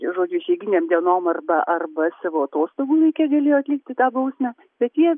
žodžiu išeiginėm dienom arba arba savo iš savo atostogų galėjo atlikti tą bausmę bet jie